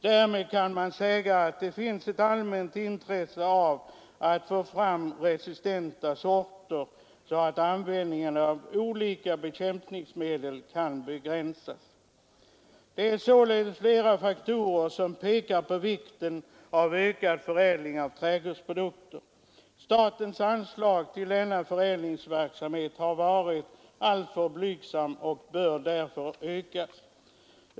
Därmed kan man säga att det råder ett allmänt intresse av att få fram resistenta sorter, så att användningen av olika bekämpningsmedel kan begränsas. Det är således flera faktorer som pekar på vikten av ökad förädling av trädgårdsprodukter. Statens anslag till denna förädlingsverksamhet har varit alltför blygsamt och bör därför ökas.